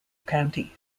county